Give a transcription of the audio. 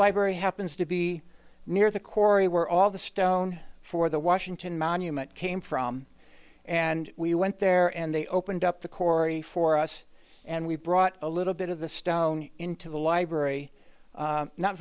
library happens to be near the corey were all the stone for the washington monument came from and we went there and they opened up the cory for us and we brought a little bit of the stone into the library